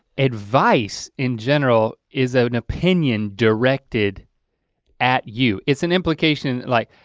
advice in general is ah an opinion directed at you. it's an implication like,